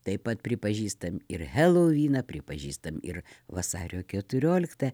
taip pat pripažįstam ir heloviną pripažįstam ir vasario keturioliktą